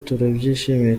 turabyishimiye